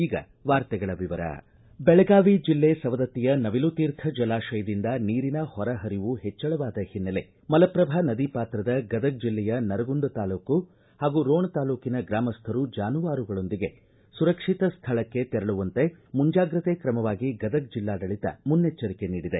ಈಗ ವಾರ್ತೆಗಳ ವಿವರ ಬೆಳಗಾವಿ ಜಿಲ್ಲೆ ಸವದತ್ತಿಯ ನವಿಲು ತೀರ್ಥ ಜಲಾಶಯದಿಂದ ನೀರಿನ ಹೊರ ಹರಿವು ಹೆಚ್ಚಳವಾದ ಹಿನ್ನೆಲೆ ಮಲಪ್ರಭಾ ನದಿ ಪಾತ್ರದ ಗದಗ ಜಿಲ್ಲೆಯ ನರಗುಂದ ತಾಲೂಕು ಹಾಗೂ ರೋಣ ತಾಲೂಕಿನ ಗ್ರಾಮಸ್ವರು ಜಾನುವಾರುಗಳೊಂದಿಗೆ ಸುರಕ್ಷಿತ ಸ್ಥಳಕ್ಕೆ ತೆರಳುವಂತೆ ಮುಂಜಾಗ್ರತೆ ಕ್ರಮವಾಗಿ ಗದಗ ಜಿಲ್ಲಾಡಳಿತ ಮುನ್ನೆಚ್ಚರಿಕೆ ನೀಡಿದೆ